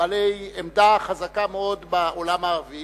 בעלי עמדה חזקה מאוד בעולם הערבי